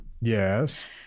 Yes